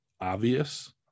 obvious